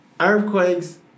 Earthquakes